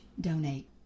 donate